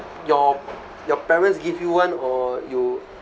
your your parents give you one or you